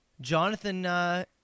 Jonathan